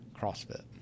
crossfit